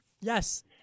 Yes